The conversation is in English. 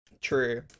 True